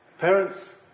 Parents